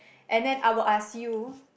and then I will ask you